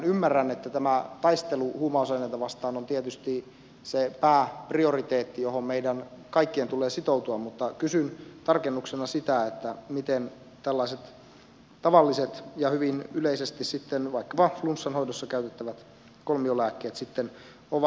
ymmärrän että tämä taistelu huumausaineita vastaan on tietysti se pääprioriteetti johon meidän kaikkien tulee sitoutua mutta kysyn tarkennuksena sitä miten tällaiset tavalliset ja hyvin yleisesti vaikkapa flunssan hoidossa käytettävät kolmiolääkkeet sitten ovat